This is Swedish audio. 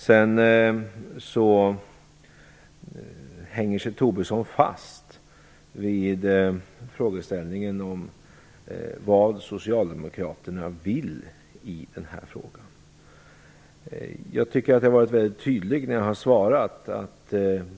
Sedan hänger sig Lars Tobisson fast vid frågeställningen om vad Socialdemokraterna vill i den här frågan. Jag tycker att jag har varit väldigt tydlig i mitt svar.